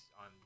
on